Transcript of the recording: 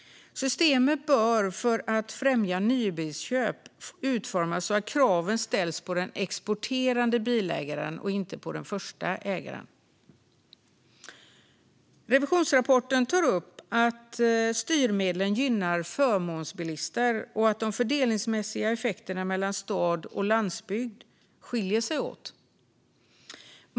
Systemet bör för att främja nybilsköp utformas så att kraven ställs på den exporterande bilägaren och inte på den första ägaren. Revisionsrapporten tar upp att styrmedlen gynnar förmånsbilister och att de fördelningsmässiga effekterna mellan stad och landsbygd skiljer sig åt.